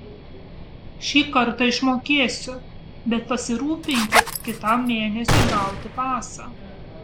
šį kartą išmokėsiu bet pasirūpinkit kitam mėnesiui gauti pasą